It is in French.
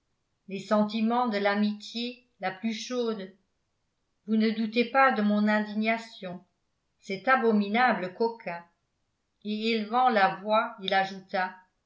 les sentiments de l'amitié la plus chaude vous ne doutez pas de mon indignation cet abominable coquin et élevant la voix il ajouta